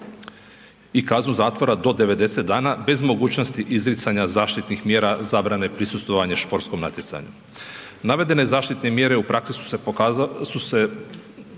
i kaznu zatvora do 90 dana bez mogućnosti izricanja zaštitnih mjera zabrane prisustvovanje športskom natjecanju. Navedene zaštitne mjere u praksi su se dokazale